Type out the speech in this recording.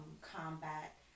combat